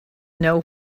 know